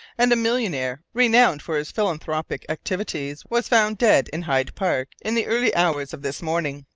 and a millionaire renowned for his philanthropic activities, was found dead in hyde park in the early hours of this morning,